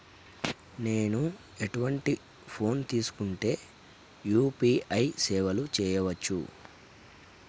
నేను ఎటువంటి ఫోన్ తీసుకుంటే యూ.పీ.ఐ సేవలు చేయవచ్చు?